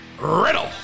Riddle